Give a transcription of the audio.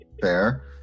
Fair